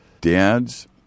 dads